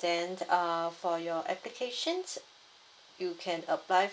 then err for your application you can apply